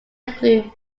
include